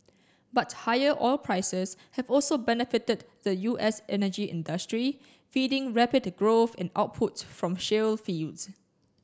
but higher oil prices have also benefited the U S energy industry feeding rapid growth in output from shale fields